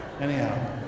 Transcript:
Anyhow